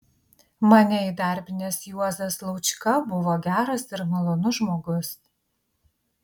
mane įdarbinęs juozas laučka buvo geras ir malonus žmogus